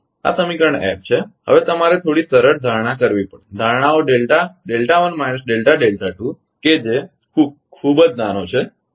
તેથી તે આ સમીકરણ F છે હવે તમારે થોડી સરળ ધારણા કરવી પડશે ધારણાઓ કે જે ખૂબ જ નાનો છે બરાબર